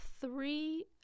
three